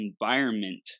environment